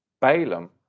Balaam